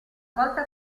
volta